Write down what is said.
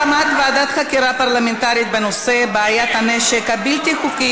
הצורך בהקמת ועדת חקירה פרלמנטרית בנושא הנשק הבלתי-חוקי